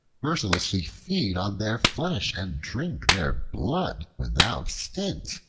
mercilessly feed on their flesh and drink their blood without stint?